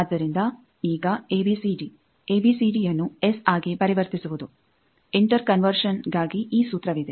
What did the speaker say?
ಆದ್ದರಿಂದ ಈಗ ಎಬಿಸಿಡಿ ಎಬಿಸಿಡಿಯನ್ನು ಎಸ್ ಆಗಿ ಪರಿವರ್ತಿಸುವುದು ಇಂಟರ್ ಕನ್ವರ್ಷನ್ಗಾಗಿ ಈ ಸೂತ್ರವಿದೆ